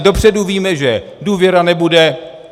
Dopředu víme, že důvěra nebude.